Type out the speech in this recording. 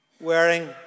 wearing